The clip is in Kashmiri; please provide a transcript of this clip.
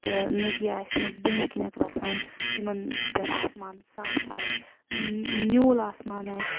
تہٕ نٔدیہِ آسنکھ بٔنۍ کِنیٚتھ وَسان یِمن پٮ۪ٹھ آسمان صاف آسہ نیٚوٗل آسمان آسہ تہٕ